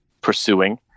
pursuing